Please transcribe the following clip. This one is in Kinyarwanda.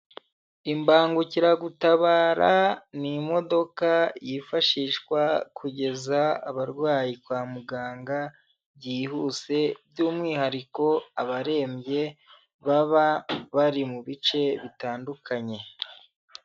Imbangukiragutabara ni imodoka yifashishwa kugeza abarwayi kwa muganga byihuse by'umwihariko abarembye, baba bari mu bice bitandukanye.